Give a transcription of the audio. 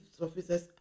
officers